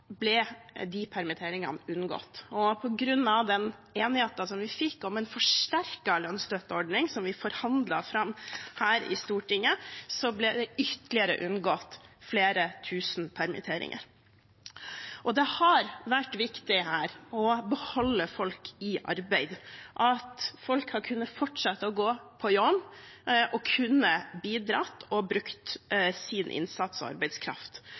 de permitteringene. Og på grunn av den enigheten som vi fikk om en forsterket lønnsstøtteordning, som vi forhandlet fram her i Stortinget, unngikk man ytterligere flere tusen permitteringer. Det har vært viktig her å beholde folk i arbeid, at folk har kunnet fortsette å gå på jobb og har kunnet bidra og bruke sin innsats og arbeidskraft.